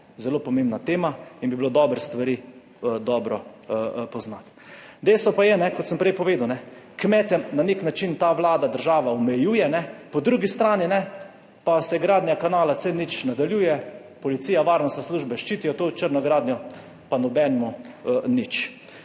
Zelo pomembna tema in bi bilo dobro stvari dobro poznati. Dejstvo pa je, kot sem prej povedal, ne kmete na nek način ta Vlada država omejuje, po drugi strani ne pa se gradnja kanala C0 nič nadaljuje, policija, varnostne službe ščitijo to črno gradnjo, pa nobenemu nič.